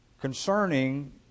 concerning